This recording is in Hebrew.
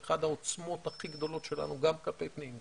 אחת העוצמות הכי גדולות שלנו גם כלפי פנים,